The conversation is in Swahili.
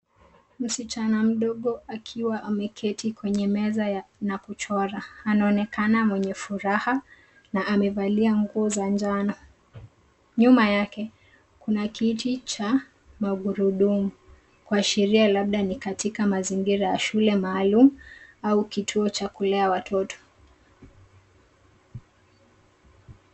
Msichana mdogo akiwa umeketi kwenye meza na kuchora. Anaonekana mwenye furaha na amevalia nguo za njano. Nyuma yake kuna kiji cha magurudumu. Kuashiria labda ni katika mazingira ya shule maalum au kituo cha kulea watoto.